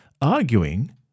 arguing